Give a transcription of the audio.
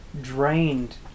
drained